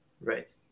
Right